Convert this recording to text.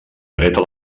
dreta